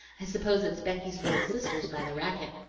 i suppose it's becky's little sisters by the racket.